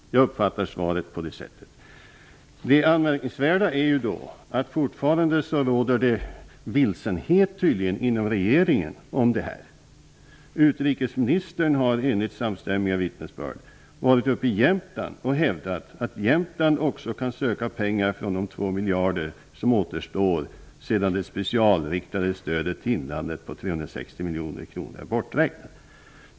Jag uppfattar svaret på det sättet. Det anmärkningsvärda är att det fortfarande tydligen råder en vilsenhet inom regeringen om detta. Utrikesministern har enligt samstämmiga vittnen varit uppe i Jämtland och hävdat att Jämtland också kan söka pengar från de 2 miljarder som återstår sedan det specialriktade stödet till inlandet på 360 miljoner kronor är borträknat.